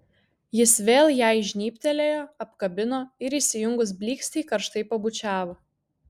jis vėl jai žnybtelėjo apkabino ir įsijungus blykstei karštai pabučiavo